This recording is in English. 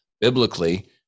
biblically